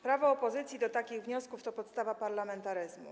Prawo opozycji do takich wniosków to podstawa parlamentaryzmu.